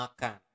makan